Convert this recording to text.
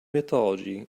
mythology